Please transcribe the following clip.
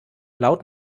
loud